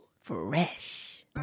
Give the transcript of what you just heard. fresh